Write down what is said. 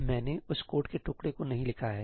तो मैंने उस कोड के टुकड़े को नहीं लिखा है